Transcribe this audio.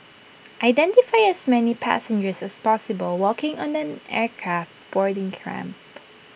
identify as many passengers as possible walking on an aircraft boarding ramp